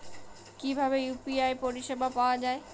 কিভাবে ইউ.পি.আই পরিসেবা পাওয়া য়ায়?